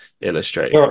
illustrate